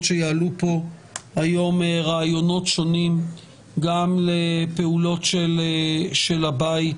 שיעלו פה היום רעיונות שונים גם לפעולות של הבית